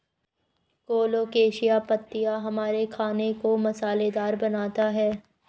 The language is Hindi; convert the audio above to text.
कोलोकेशिया पत्तियां हमारे खाने को मसालेदार बनाता है